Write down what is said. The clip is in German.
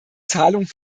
zahlungen